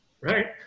Right